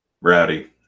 Rowdy